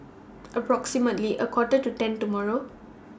approximately A Quarter to ten tomorrow